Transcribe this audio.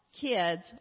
kids